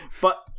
But-